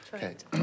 Okay